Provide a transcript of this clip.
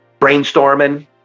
Brainstorming